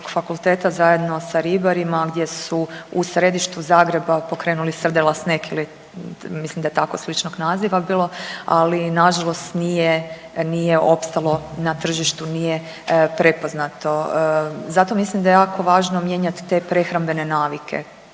fakulteta zajedno sa ribarima gdje su u središtu Zagreba pokrenuli srdela snack ili mislim da je tako sličnog naziva bilo, ali na žalost nije opstalo na tržištu, nije prepoznato. Zato mislim da je jako važno mijenjati te prehrambene navike.